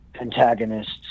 antagonists